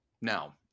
Now